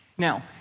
Now